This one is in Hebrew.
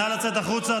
נא לצאת החוצה.